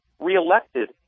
reelected